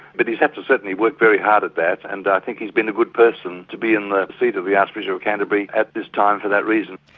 but he's had to certainly work very hard at that and i think he's been a good person to be in the seat of the archbishop of canterbury at this time for that reason.